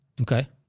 Okay